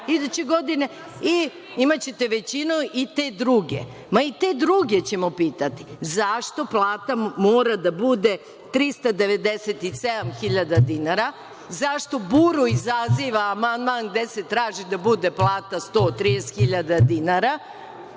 imaćete većinu i te druge. Ma, i te druge ćemo pitati – zašto plata mora da bude 397.000 dinara? Zašto buru izaziva amandman gde se traži da bude plata 130.000 dinara. Evo,